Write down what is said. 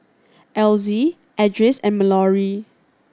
Elzie Edris and Malorie